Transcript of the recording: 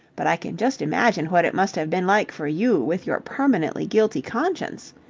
but i can just imagine what it must have been like for you with your permanently guilty conscience.